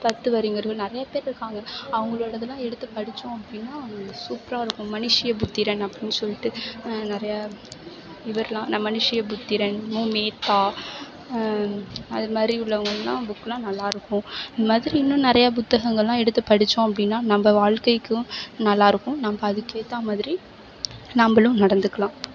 தத்துவ அறிஞர்கள் நிறையா பேர் இருக்காங்க அவங்களோடதுலாம் எடுத்து படித்தோம் அப்படின்னா சூப்பராக இருக்கும் மானிஷிய புத்திரன் அப்படின்னு சொல்லிட்டு நிறைய இவரெல்லாம் இந்த மானிஷிய புத்திரன் மூ மேத்தா அதுமாதிரி உள்ளவங்கர்ல்லாம் புக்கெல்லாம் நல்லாயிருக்கும் இந்த மாதிரி இன்னும் நிறைய புத்தகங்களெல்லாம் எடுத்து படித்தோம் அப்படின்னா நம்ம வாழ்க்கைக்கும் நல்லாயிருக்கும் நம்ம அதுக்கேற்ற மாதிரி நம்மளும் நடந்துக்கலாம்